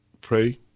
pray